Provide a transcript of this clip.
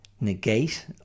negate